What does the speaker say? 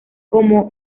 como